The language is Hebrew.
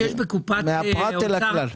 מהפרט אל הכלל.